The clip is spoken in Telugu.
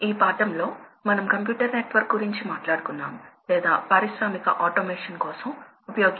ఈ పాఠంలో energy savings with variable speed drives అనే పేరుతో ఉంది